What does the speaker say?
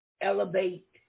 Elevate